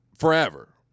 forever